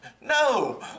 no